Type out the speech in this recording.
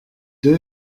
deux